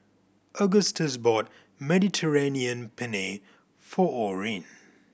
Agustus bought Mediterranean Penne for Orren